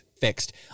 fixed